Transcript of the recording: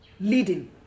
leading